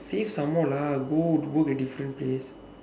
save some more lah go work at different place